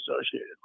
associated